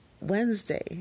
Wednesday